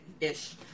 Ish